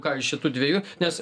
ką iš šitų dviejų nes